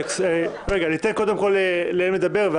ניתן קודם כל להם לדבר.